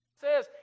says